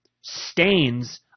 stains